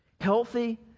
Healthy